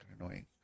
annoying